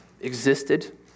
existed